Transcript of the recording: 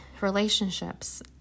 relationships